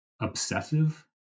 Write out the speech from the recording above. obsessive